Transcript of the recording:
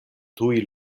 tuj